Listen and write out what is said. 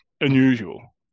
unusual